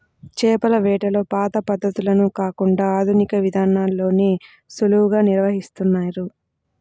చేపల వేటలో పాత పద్ధతులను కాకుండా ఆధునిక విధానాల్లోనే సులువుగా నిర్వహిస్తున్నారు